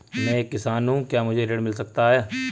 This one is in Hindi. मैं एक किसान हूँ क्या मुझे ऋण मिल सकता है?